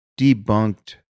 debunked